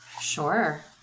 Sure